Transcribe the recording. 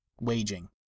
waging